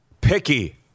picky